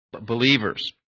believers